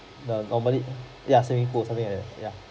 the normally ya swimming pool or something like that ya